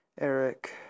Eric